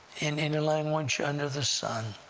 in any language under the sun.